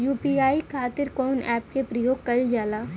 UPI खातीर कवन ऐपके प्रयोग कइलजाला?